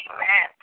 Amen